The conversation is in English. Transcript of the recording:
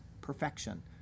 perfection